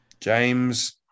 James